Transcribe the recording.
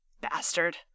Bastard